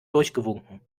durchgewunken